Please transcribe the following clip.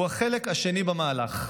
הוא החלק השני במהלך.